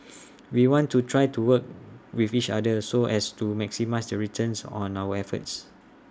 we want to try to work with each other so as to maximise the returns on our efforts